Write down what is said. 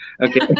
Okay